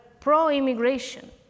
pro-immigration